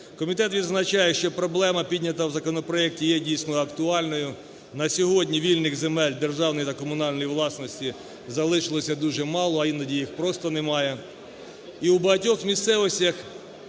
Комітет відзначає, що проблема, піднята в законопроекті, є дійсно актуально. На сьогодні вільних земель державної та комунальної власності залишилося дуже мало, а іноді їх просто немає.